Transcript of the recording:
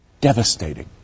devastating